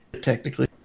technically